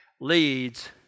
leads